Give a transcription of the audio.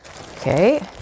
Okay